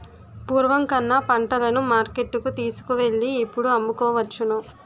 పూర్వం కన్నా పంటలను మార్కెట్టుకు తీసుకువెళ్ళి ఇప్పుడు అమ్ముకోవచ్చును